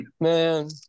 Man